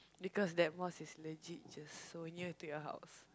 because that mosque is legit just so near to your house